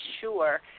sure